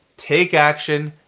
take action,